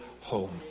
home